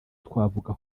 twavuga